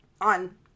on